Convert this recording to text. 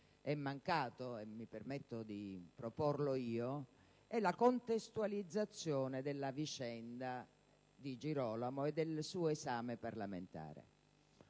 è mancato - e mi permetto di proporlo io - è la contestualizzazione della vicenda Di Girolamo e del suo esame parlamentare.